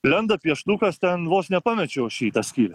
lenda pieštukas ten vos nepamečiau aš jį į tą skylę